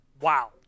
Wow